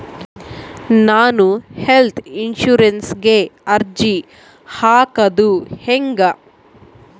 ನಾನು ಹೆಲ್ತ್ ಇನ್ಸುರೆನ್ಸಿಗೆ ಅರ್ಜಿ ಹಾಕದು ಹೆಂಗ?